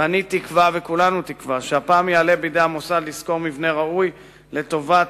ואני תקווה וכולנו תקווה שהפעם יעלה בידי המוסד לשכור מבנה ראוי לטובת